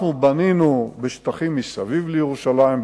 אנחנו בנינו בשטחים מסביב לירושלים,